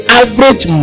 average